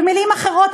במילים אחרות,